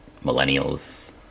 millennials